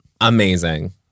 Amazing